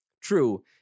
true